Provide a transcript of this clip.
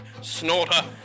snorter